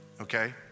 Okay